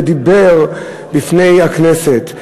ודיבר לפני הכנסת.